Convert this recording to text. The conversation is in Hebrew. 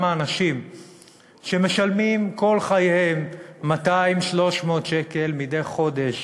אנשים שמשלמים כל חייהם 200 300 שקלים מדי חודש